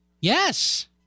Yes